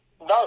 no